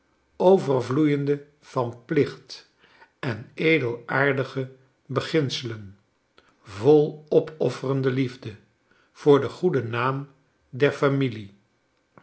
overvloeiende van plicht en edelaardige beginselen vol opofferende liefde voor den goeden naam der familie